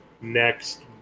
next